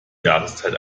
jahreszeit